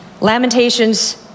Lamentations